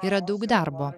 yra daug darbo